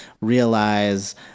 realize